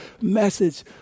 message